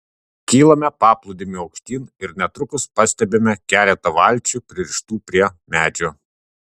kylame paplūdimiu aukštyn ir netrukus pastebime keletą valčių pririštų prie medžio